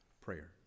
prayer